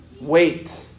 Wait